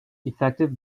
effective